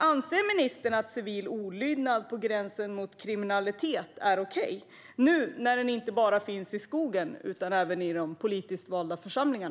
Anser ministern att civil olydnad på gränsen mot kriminalitet är okej nu när den inte bara finns i skogen utan även i de politiskt valda församlingarna?